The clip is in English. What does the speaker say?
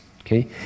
Okay